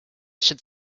should